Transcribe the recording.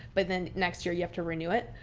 but then next year you have to renew it.